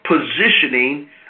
positioning